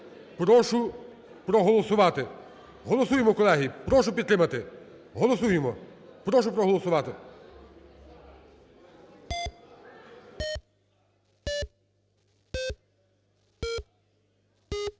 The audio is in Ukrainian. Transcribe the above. Прошу проголосувати. Голосуємо, колеги. Прошу підтримати. Голосуємо. Прошу проголосувати.